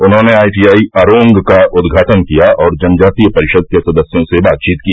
उन्होंने आईटीआई अरोंग का उद्घाटन किया और जनजातीय परिषद् के सदस्यों से बातचीत की